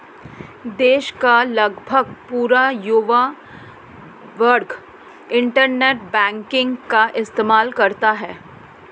देश का लगभग पूरा युवा वर्ग इन्टरनेट बैंकिंग का इस्तेमाल करता है